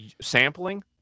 Sampling